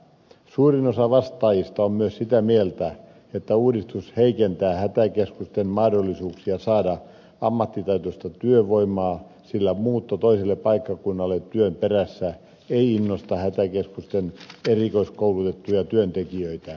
suurin osa vastaajista on myös sitä mieltä että uudistus heikentää hätäkeskusten mahdollisuuksia saada ammattitaitoista työvoimaa sillä muutto toiselle paikkakunnalle työn perässä ei innosta hätäkeskusten erikoiskoulutettuja työntekijöitä